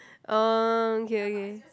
oh okay okay